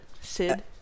Sid